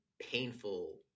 painful